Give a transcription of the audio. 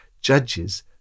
Judges